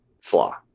flaw